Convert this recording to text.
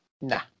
Nah